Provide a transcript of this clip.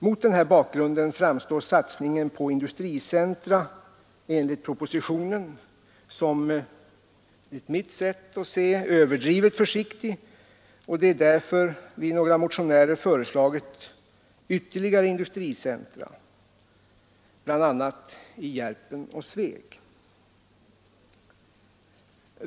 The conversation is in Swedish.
Mot denna bakgrund framstår satsningen på industricentra enligt propositionen som enligt mitt sätt att se överdrivet försiktig, och det är därför som herr Stjernström och jag föreslagit ytterligare industricentra bl.a. i Järpen och Sveg.